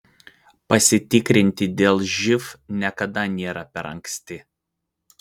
pasitikrinti dėl živ niekada nėra per anksti